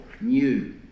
new